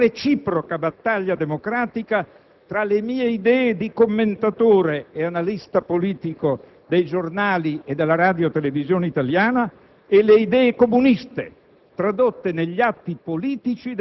la storia della forte, reciproca battaglia democratica tra le mie idee di commentatore ed analista politico dei giornali e della radiotelevisione italiana e le idee comuniste,